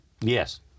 Yes